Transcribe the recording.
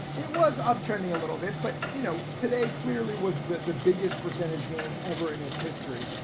it was uptrending a little bit but you know, today clearly was the biggest percentage gain ever in its history.